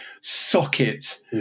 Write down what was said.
sockets